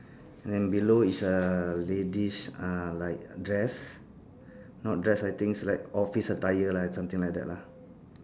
and then below is a ladies uh like dress not dress I think it's like office attire lah something like that lah